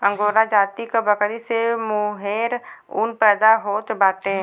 angora जाति क बकरी से मोहेर ऊन पैदा होत बाटे